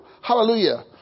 Hallelujah